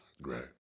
Right